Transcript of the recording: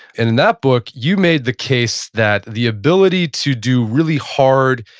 and in that book, you made the case that the ability to do really hard,